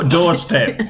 doorstep